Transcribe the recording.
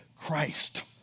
Christ